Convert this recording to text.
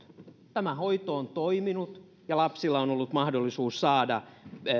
tämä hoito on toiminut ja lapsilla on ollut mahdollisuus saada